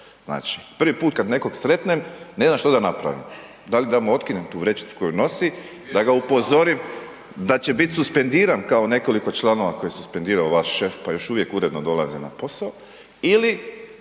prvi put kad nekog sretnem, ne znam što da napravim. Da li da mu otkinem tu vrećicu koju nosi, da ga upozorim da će bit suspendiran kao nekoliko članova koje je suspendirao vaš šef pa još uvijek uredno dolaze na posao ili